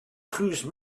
cruise